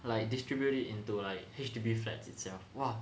like distributed into like H_D_B flats itself !wah!